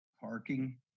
parking